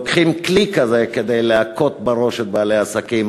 לוקחים כלי כזה כדי להכות בראש של בעלי העסקים.